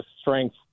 strength